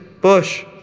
bush